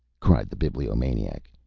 cried the bibliomaniac.